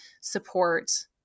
support